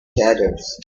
tatters